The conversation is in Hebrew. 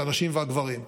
את הנשים והגברים.